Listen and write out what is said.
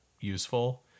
useful